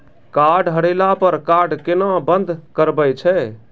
Card हेरैला पर card केना बंद करबै छै?